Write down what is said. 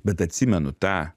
bet atsimenu tą